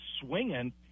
swinging